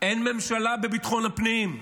אין ממשלה בביטחון הפנים.